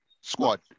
squad